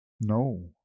No